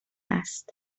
است